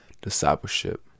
discipleship